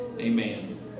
Amen